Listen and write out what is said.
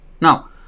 now